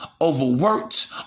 overworked